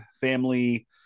family